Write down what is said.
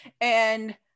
And-